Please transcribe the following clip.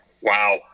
Wow